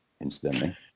incidentally